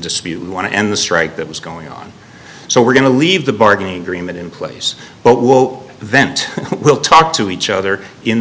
dispute we want to end the strike that was going on so we're going to leave the bargaining agreement in place but what vent will talk to each